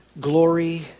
glory